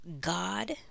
God